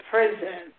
Prison